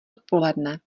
odpoledne